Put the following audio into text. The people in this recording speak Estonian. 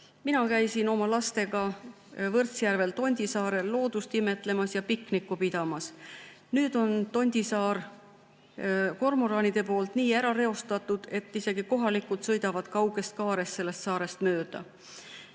Mina käisin omal ajal lastega Võrtsjärvel Tondisaarel loodust imetlemas ja piknikku pidamas. Nüüd on Tondisaar kormoranidel nii ära reostatud, et isegi kohalikud sõidavad kauges kaares sellest saarest mööda.